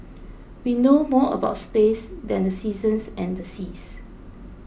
we know more about space than the seasons and the seas